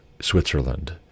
Switzerland